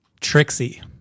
Trixie